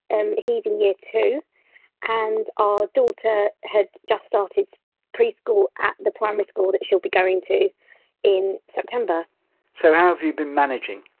and he's in year two and our daughter had just started pre-school at the primary school that she'll be going to in september so, how have you been managing?